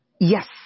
yes